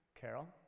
Carol